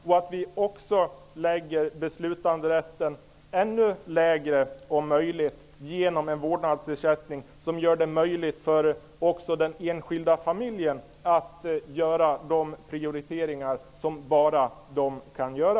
Om möjligt kan man sänka beslutandenivån ännu mer genom en vårdnadsersättning som gör det möjligt också för den enskilda familjen att göra de prioriteringar som bara den kan göra.